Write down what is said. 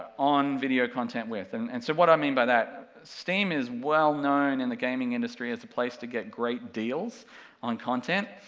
on video content with, and and so what i mean by that, steam is well known in the gaming industry as the place to get great deals on content,